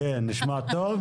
כן, נשמע טוב?